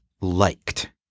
liked